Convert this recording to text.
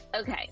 Okay